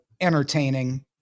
entertaining